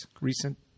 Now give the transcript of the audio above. recent